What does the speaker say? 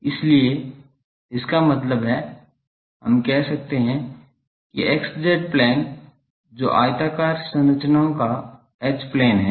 इसलिए इसका मतलब है हम कह सकते हैं कि एक्स जेड प्लेन जो आयताकार संरचनाओं का एच प्लेन है